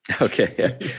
Okay